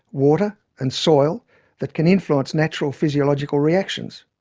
water and soil that can influence natural physiological reactions.